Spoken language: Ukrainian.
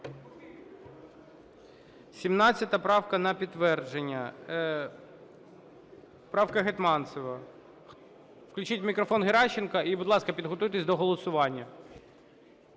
правкам. 17 правка - на підтвердження. Правка Гетманцева. Включіть мікрофон Геращенко. І, будь ласка, підготуйтеся до голосування.